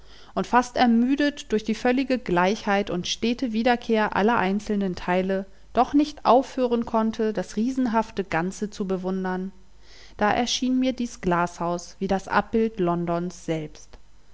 und fast ermüdet durch die völlige gleichheit und stete wiederkehr aller einzelnen teile doch nicht aufhören konnte das riesenhafte ganze zu bewundern da erschien mir dies glashaus wie das abbild londons selbst